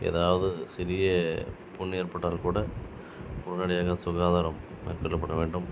ஏதாவது சிறிய புண் ஏற்பட்டால் கூட உடனடியாக சுகாதாரம் மேற்கொள்ளபட வேண்டும்